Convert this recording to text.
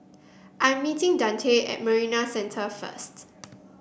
I'm meeting Dante at Marina Centre first